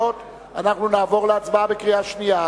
אנחנו נעבור להצבעה בקריאה שנייה,